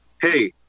hey